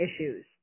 issues